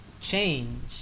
change